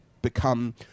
become